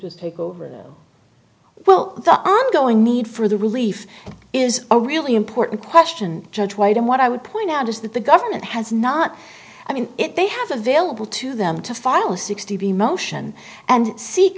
to take over well the ongoing need for the relief is a really important question judge white and what i would point out is that the government has not i mean it they have available to them to file a sixty motion and see